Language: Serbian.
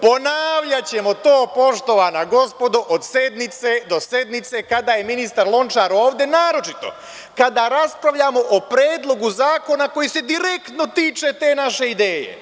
Ponavljaćemo to, poštovana gospodo, od sednice do sednice, kada je ministar Lončar ovde, naročito kada raspravljamo o predlogu zakona koji se direktno tiče te naše ideje.